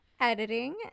Editing